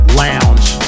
lounge